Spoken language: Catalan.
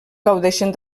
gaudeixen